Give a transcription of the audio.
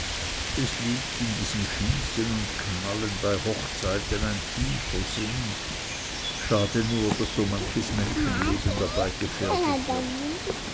es liegt in diesem schießen und knallen bei hochzeiten ein tiefer sinn schade nur daß so manches menschenleben dabei gefährdet wird